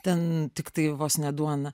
ten tiktai vos ne duona